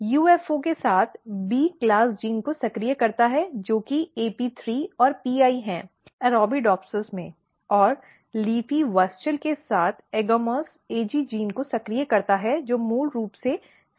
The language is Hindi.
LEAFY UFO के साथ B क्लास जीन को सक्रिय करता है जो कि AP3 और PI है अरबिडोप्सिस में और LEAFY WUSCHEL के साथ AGAMOUS AG जीन को सक्रिय करता है जो मूल रूप से C क्लास जीन है